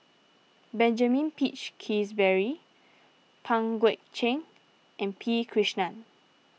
Benjamin Peach Keasberry Pang Guek Cheng and P Krishnan